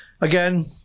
again